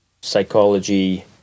psychology